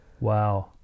Wow